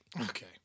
Okay